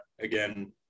again